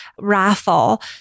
raffle